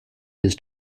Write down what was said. his